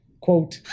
quote